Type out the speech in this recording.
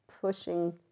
pushing